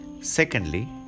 Secondly